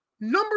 Number